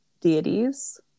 deities